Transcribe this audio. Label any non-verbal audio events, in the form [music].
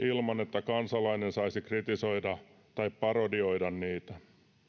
[unintelligible] ilman että kansalainen saisi kritisoida tai parodioida niitä